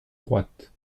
droite